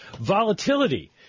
Volatility